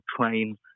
train